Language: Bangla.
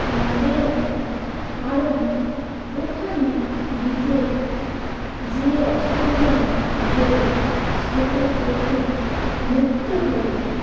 মজাই আলাদা কারণ ওখানে বীজের যে অসাধারণ ঢেউ সেটা দেখে মুগ্ধ হয়ে যায়